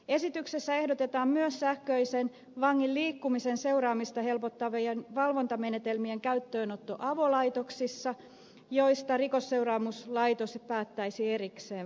esityksessä ehdotetaan myös sähköisten vangin liikkumisen seuraamista helpottavien valvontamenetelmien käyttöönottoa avolaitoksissa jolloin rikosseuraamuslaitos päättäisi erikseen valvonnan käytöstä